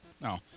No